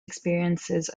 experiences